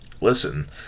listen